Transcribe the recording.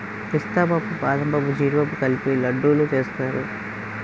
పిస్తా పప్పు బాదంపప్పు జీడిపప్పు కలిపి లడ్డూలు సేస్తారు